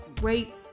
great